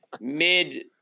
mid